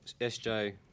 SJ